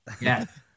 Yes